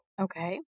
Okay